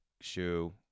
shoe